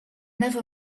never